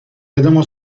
wiadomo